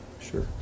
sure